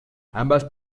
ambas